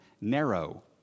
narrow